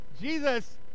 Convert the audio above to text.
jesus